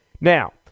Now